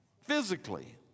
physically